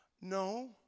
No